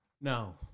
No